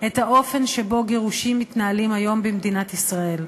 את האופן שבו גירושין מתנהלים היום במדינת ישראל.